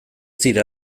dira